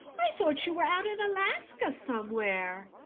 i thought you were out in alaska somewhere.